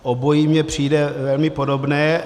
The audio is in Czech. Obojí mně přijde velmi podobné.